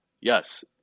yes